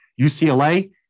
UCLA